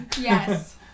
Yes